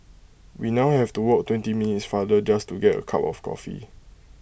we now have to walk twenty minutes farther just to get A cup of coffee